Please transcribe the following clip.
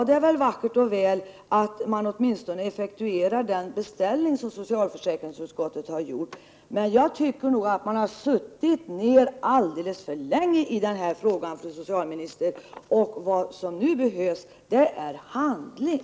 Det är vackert och väl att regeringen åtminstone effektuerar den beställning som socialförsäkringsutskottet har gjort, men jag tycker nog att man har väntat alldeles för länge i denna fråga, fru socialminister. Vad som nu behövs är handling.